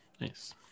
Nice